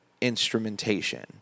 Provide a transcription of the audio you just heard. instrumentation